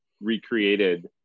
recreated